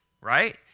right